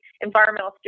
environmental